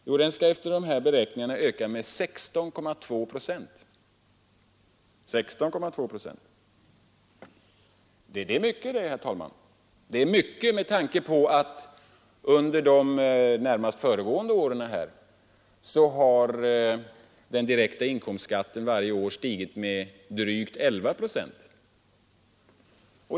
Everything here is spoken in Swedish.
Jo, den skall enligt de här beräkningarna öka med 16,2 procent. Det är mycket det, herr talman! Det är mycket med tanke på att den direkta inkomstskatten varje år under de närmast föregående åren har stigit med drygt 11 procent.